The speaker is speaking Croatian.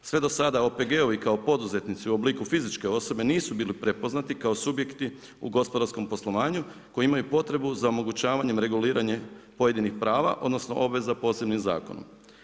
Sve do sada, OPG-ovi kao poduzetnici u obliku fizičke osobe nisu bili prepoznati kao subjekti u gospodarskom poslovanju, koji imaju potrebu za omogućavanje, reguliranje pojedinih prava, odnosno, obveza posebnim zakonom.